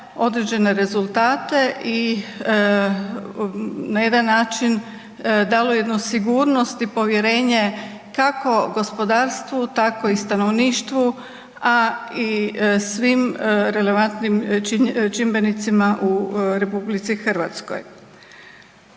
određene rezultate i na jedan način dali jednu sigurnost i povjerenje kako gospodarstvu, tako i stanovništvu, a i svim relevantnim čimbenicima u RH. Znamo